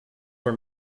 were